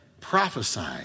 prophesying